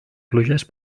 pluges